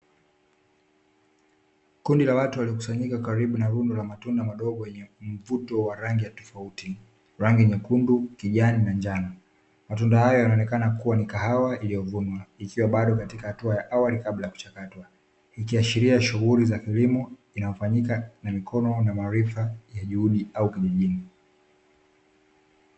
Kundi la watu waliokusanyika karibu na rundo la matuna madogo yenye mvuto wa rangi ya tofauti rangi nyekundu kijani na njano, matunda hayo inaonekanakuwa ni kahawa iliyovunwa ikiwa bado katika hatua ya awali kabla ya kuchakatwa ikiashiria shughuli za kilimo inayofanyika na mikono na maarifa ya juhudi au kijijini.